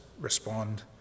respond